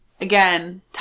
Again